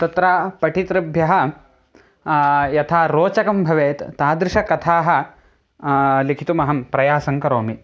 तत्र पठितृभ्यः यथा रोचकं भवेत् तादृशकथाः लिखितुम् अहं प्रयासं करोमि